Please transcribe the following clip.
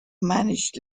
managed